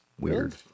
weird